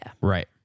Right